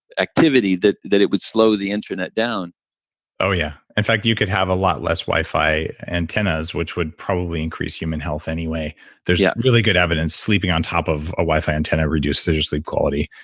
activity that that it would slow the internet down oh yeah. in fact, you could have a lot less wi-fi antennas, which would probably increase human health anyway there's yeah really good evidence sleeping on top of a wi-fi antenna reduces your sleep quality,